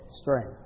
strength